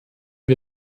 wir